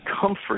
comfort